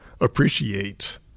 appreciate